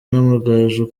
n’amagaju